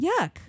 Yuck